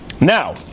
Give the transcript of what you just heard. now